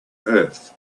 earth